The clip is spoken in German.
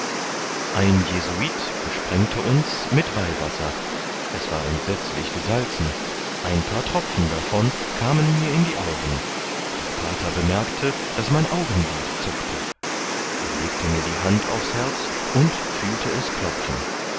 ein jesuit besprengte uns mit weihwasser es war entsetzlich gesalzen ein paar tropfen davon kamen mir in die augen der pater bemerkte daß mein augenlied zuckte er legte mir die hand aufs herz und fühlte es klopfen